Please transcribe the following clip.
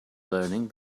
learning